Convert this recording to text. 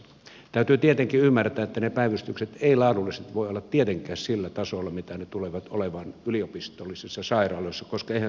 täytyy tietenkin ymmärtää että ne päivystykset eivät laadullisesti voi olla tietenkään sillä tasolla millä ne tulevat olemaan yliopistollisissa sairaaloissa koska eihän se ole tarkoituksenmukaista